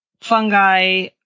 fungi